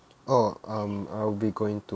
oh um I'll be going to